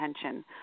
attention